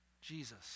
Jesus